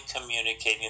communicating